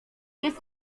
jest